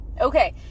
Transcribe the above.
Okay